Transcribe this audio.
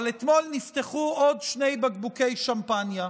אבל אתמול נפתחו עוד שני בקבוקי שמפניה.